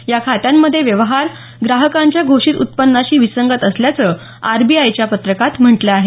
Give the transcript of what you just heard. या खात्यांमधले व्यवहार ग्राहकांच्या घोषित उत्पन्नाशी विसंगत असल्याचं आरबीआयच्या पत्रकात म्हटल आहे